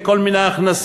מכל מיני הכנסות,